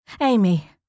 Amy